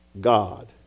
God